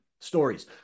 stories